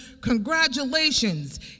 congratulations